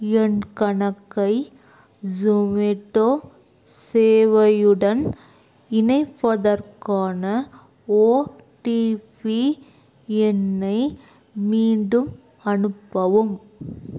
என் கணக்கை ஜொமேட்டோ சேவையுடன் இணைப்பதற்கான ஓடிபி எண்ணை மீண்டும் அனுப்பவும்